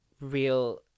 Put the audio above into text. real